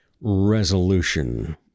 resolution